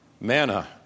manna